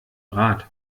rad